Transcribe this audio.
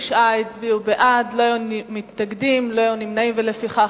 הצעת ועדת החוקה,